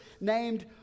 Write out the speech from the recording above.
named